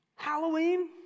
Halloween